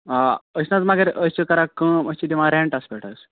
آ أسۍ نہَ حظ مگر أسۍ چھِ کَران کٲم أسۍ چھِ دِوان رینٹَس پٮ۪ٹھ حظ